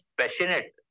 passionate